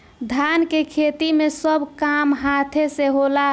धान के खेती मे सब काम हाथे से होला